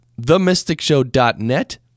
themysticshow.net